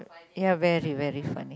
ya very very funny